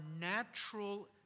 natural